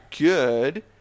good